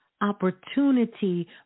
opportunity